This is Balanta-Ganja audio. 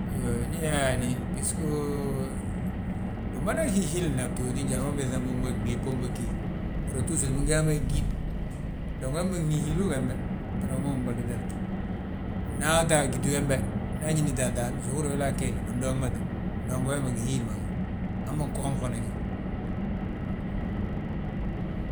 Ñe yaani bisgo, bimada hihiilna, btooti njali ma ubiiŧam bo, gdib bómbog gí. Uhúra túsur bingi yaa mo, ggíd, dong wembe uhihiili gembe, a bere wi maawi win balutale. Nda ato a gíti wembe nda añite ataan, so uhúri yaa wilaa ggemma, bindoŋmate; Dong wembe gi hiili ma gi, hamma ggoŋ fana gíw.